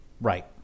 Right